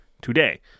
today